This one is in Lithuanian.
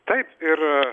taip ir